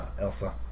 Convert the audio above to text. Elsa